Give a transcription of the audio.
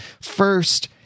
first